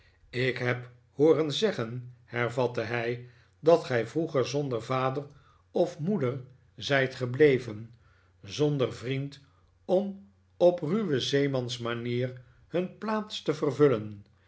ik heb hooren zeggen hervatte hij dat gij vroeg zonder vader of moeder zijt gebleven zonder vriend om op ruwe zeemans manier nun plaats te vervullen